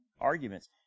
arguments